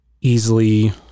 easily